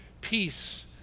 peace